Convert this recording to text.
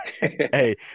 Hey